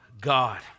God